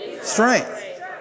strength